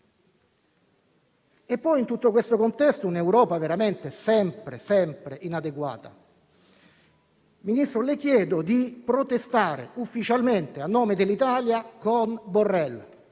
In tutto questo contesto l'Europa è davvero sempre inadeguata. Ministro, le chiedo di protestare ufficialmente a nome dell'Italia con Borrell,